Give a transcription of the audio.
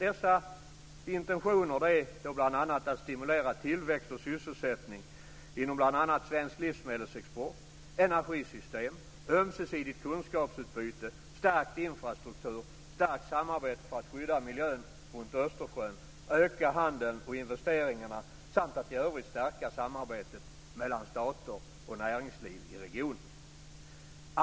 Dessa intentioner är bl.a. att stimulera tillväxt och sysselsättning inom svensk livsmedelsexport och energisystemen, stimulera ömsesidigt kunskapsutbyte, stärka infrastruktur och samarbete för att skydda miljön runt Östersjön, öka handeln och investeringarna samt att i övrigt stärka samarbetet mellan stater och näringsliv i regionen.